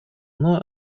оно